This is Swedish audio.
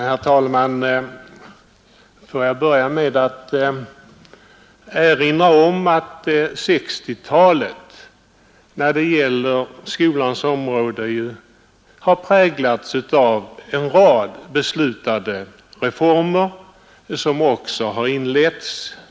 Herr talman! Får jag börja med att erinra om att 1960-talet när det gäller skolans område har präglats av en rad beslutade reformer som också har påbörjats.